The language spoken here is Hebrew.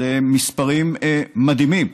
אלו מספרים מדהימים.